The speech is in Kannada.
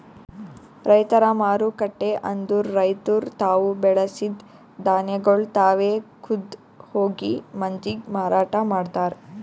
ರೈತರ ಮಾರುಕಟ್ಟೆ ಅಂದುರ್ ರೈತುರ್ ತಾವು ಬೆಳಸಿದ್ ಧಾನ್ಯಗೊಳ್ ತಾವೆ ಖುದ್ದ್ ಹೋಗಿ ಮಂದಿಗ್ ಮಾರಾಟ ಮಾಡ್ತಾರ್